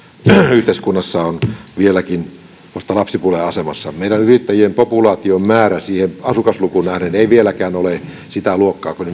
yhteiskunnassa on vieläkin minusta lapsipuolen asemassa meidän yrittäjien populaation määrä asukaslukuun nähden ei vieläkään ole sitä luokkaa kuin